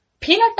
Peanut